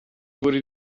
wurde